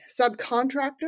subcontractor